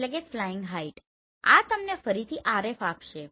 આ તમને ફરીથી RF આપશે